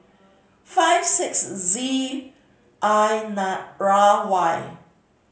five six Z I R Y